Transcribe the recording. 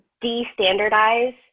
de-standardize